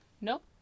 Nope